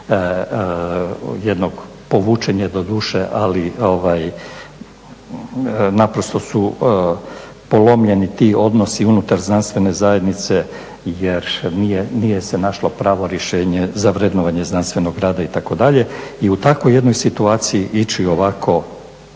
jednog, povučen je doduše, ali naprosto su polomljeni ti odnosi unutar znanstvene zajednice jer nije se našlo pravo rješenje za vrednovanje znanstvenog rada, itd. i u takvoj jednoj situaciji ići ovako